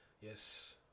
Yes